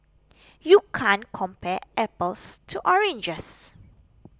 you can't compare apples to oranges